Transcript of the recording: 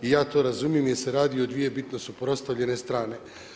I ja to razumijem, jer se radi o dvije bitno suprotstavljene strane.